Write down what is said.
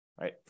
right